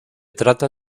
trata